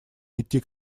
идти